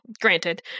granted